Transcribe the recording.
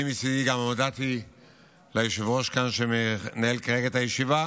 אני מצידי גם הודעתי ליושב-ראש שמנהל כאן את הישיבה